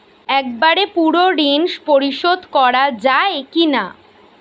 একবারে পুরো ঋণ পরিশোধ করা যায় কি না?